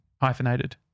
hyphenated